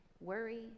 worry